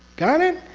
got um it?